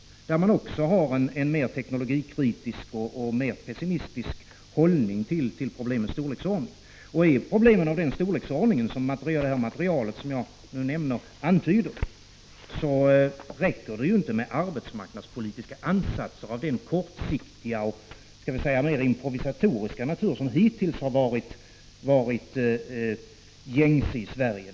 Där har man också en mer teknikkritisk och mer pessimistisk hållning när det gäller problemens storleksordning. Och är problemen av den storleksordning som antyds i det material som jag nu nämnt, så räcker det ju inte med arbetsmarknadspolitiska ansatser av den kortsiktiga och låt mig säga mera improvisatoriska natur som hittills har varit gängse i Sverige.